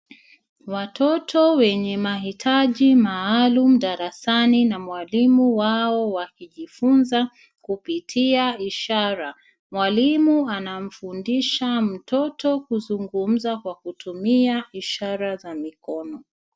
Watoto wenye mahitaji maalum darasani na mwalimu wao wakijifunza kupitia ishara. Mwalimu anamfundisha mtoto kuzungumza kwa kutumia ishara za mikono.